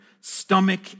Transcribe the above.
stomach